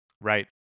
right